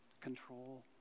control